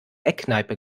eckkneipe